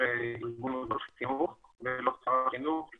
שמתבצעים אך ורק מול הרשות המקומית ולא מול משרד החינוך.